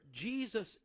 jesus